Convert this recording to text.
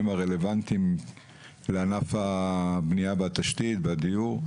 הרלוונטיים לענף הבנייה והתשתית והדיור,